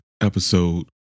episode